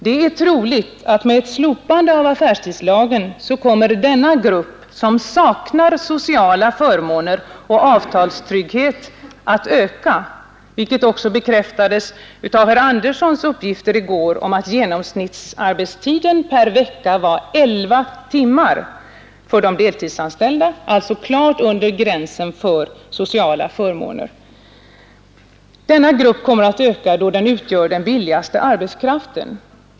Det är troligt att med ett slopande av affärstidslagen kommer denna grupp, som saknar sociala förmåner och avtalstrygghet, att öka, vilket också bekräftades av herr Anderssons i Örebro uppgifter i går om att genomsnittsarbetstiden per vecka var elva timmar för de deltidsanställda, alltså klart under gränsen för sociala förmåner. Denna grupp kommer att öka då den utgör den billigaste arbetskraften.